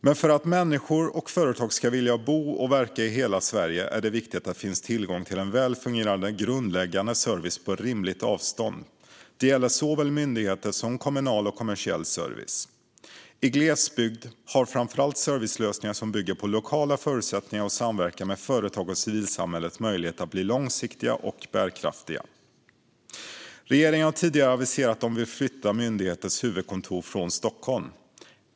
Men för att människor och företag ska vilja bo och verka i hela Sverige är det viktigt att det finns tillgång till en väl fungerande grundläggande service på rimligt avstånd. Det gäller såväl myndigheter som kommunal och kommersiell service. I glesbygd har framför allt servicelösningar som bygger på lokala förutsättningar och samverkan med företag och civilsamhället möjlighet att bli långsiktiga och bärkraftiga. Regeringen har tidigare aviserat att man vill flytta myndigheters huvudkontor från Stockholm.